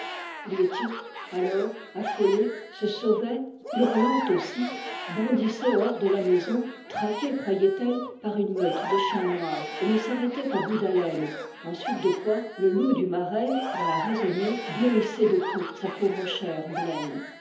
liettik alors affolée se sauvait hurlant aussi bondissait hors de la maison traquée croyait-elle par une meute de chiens noirs et ne s'arrêtait qu'à bout d'haleine ensuite de quoi le loup du marais pour la raisonner bleuissait de coups sa pauvre chair blême